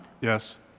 Yes